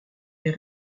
est